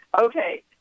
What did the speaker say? Okay